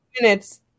minutes